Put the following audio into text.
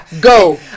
go